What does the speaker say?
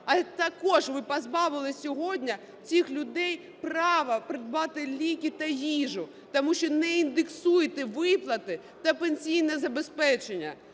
А також ви позбавили сьогодні цих людей права придбати ліки та їжу, тому що не індексуєте виплати та пенсійне забезпечення.